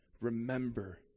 Remember